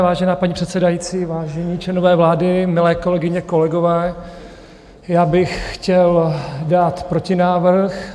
Vážená paní předsedající, vážení členové vlády, milé kolegyně, kolegové, já bych chtěl dát protinávrh.